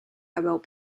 about